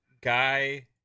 guy